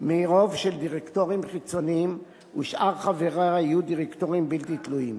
מרוב של דירקטורים חיצוניים ושאר חבריה יהיו דירקטורים בלתי תלויים.